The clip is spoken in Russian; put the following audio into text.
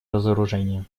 разоружение